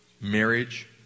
marriage